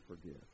forgive